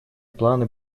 планы